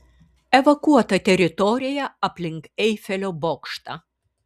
evakuota teritorija aplink eifelio bokštą